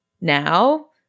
now